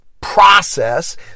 process